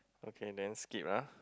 okay then skip ah